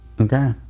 Okay